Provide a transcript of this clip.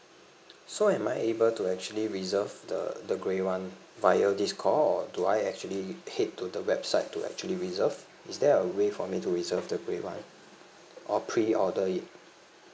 so am I able to actually reserve the the grey one via this call or do I actually head to the website to actually reserve is there a way for me to reserve the grey one or preorder it